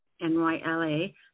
N-Y-L-A